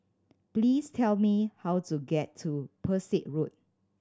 please tell me how to get to Pesek Road